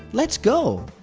let's go!